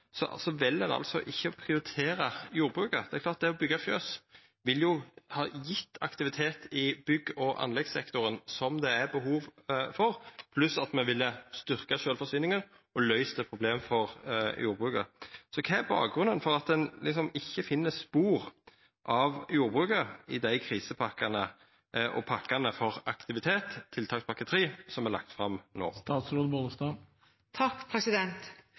fjøs ville gjeve aktivitet i bygg- og anleggssektoren, som det er behov for, pluss at me ville ha styrkt sjølvforsyninga og løyst eit problem for jordbruket. Så kva er bakgrunnen for at ein ikkje finn spor av jordbruket i dei krisepakkane og pakkane for aktivitet, tiltakspakke 3, som er lagde fram